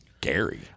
Gary